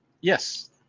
Yes